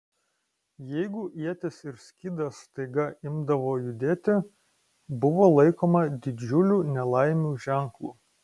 jeigu ietis ir skydas staiga imdavo judėti buvo laikoma didžiulių nelaimių ženklu